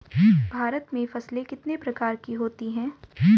भारत में फसलें कितने प्रकार की होती हैं?